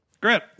Great